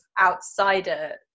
outsider